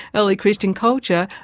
early christian culture,